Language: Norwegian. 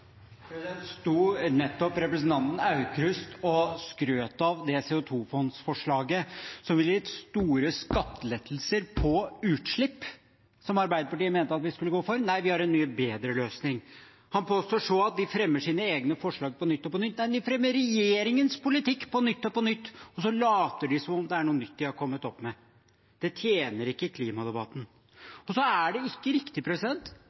Representanten Aukrust sto nettopp og skrøt av det CO2-fond-forslaget som ville gitt store skattelettelser for utslipp, som Arbeiderpartiet mente vi skulle gå for. Nei, vi har en mye bedre løsning. Han påstår at de fremmer sine egne forslag på nytt og på nytt. Nei, de fremmer regjeringens politikk på nytt og på nytt, og så later de som om det er noe nytt de har kommet opp med. Det tjener ikke klimadebatten. Så er det ikke riktig